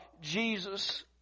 Jesus